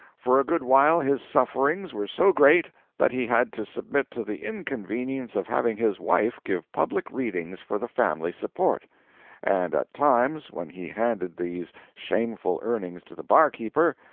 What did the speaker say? for a good while his sufferings were so great that he had to submit to the inconvenience of having his wife give public readings for the family support and at times, when he handed these shameful earnings to the barkeeper,